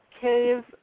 cave